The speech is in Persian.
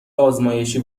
آزمایشی